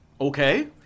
Okay